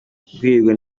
guhirwa